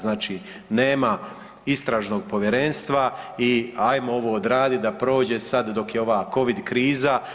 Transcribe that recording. Znači, nema istražnog povjerenstva i ajmo ovo odraditi da prođe sad dok je ova kovid kriza.